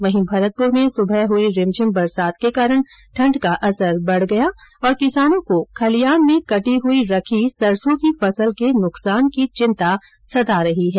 वहीं भरतपुर में सुबह हुई रिमझिम बरसात के कारण ठण्ड का असर बढ गया और किसानों को खलियान में कटी हुई रखी सरसों की फसल के नुकसान की चिंता सता रही है